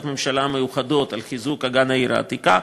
ממשלה מיוחדות על חיזוק אגן העיר העתיקה,